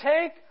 take